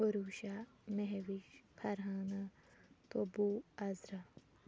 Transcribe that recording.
Urusha Mahvish Farhana Tooba Azra